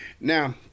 Now